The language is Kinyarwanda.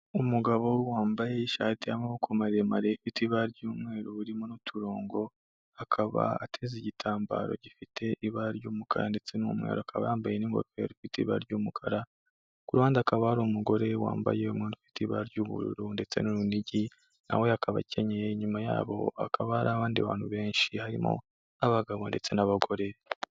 Umugabo wambaye ishati y'amaboko marema ifite ibara ry'umweru irimo n'uturongo, akaba ateze igitambaro gifite ibara ry'umukara ndetse n'umweru, akaba yambaye n'ingofero ifite ibara ry'umukara, ku ruhande hakaba hari umugore wambaye umwenda ufite ibara ry'ubururu ndetse n'urunigi, nawe akaba akenyeye inyuma yabo hakaba hari abandi bantu benshi harimo nk'abagabo ndetse n'abagore.